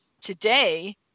today